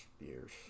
years